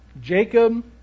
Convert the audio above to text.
Jacob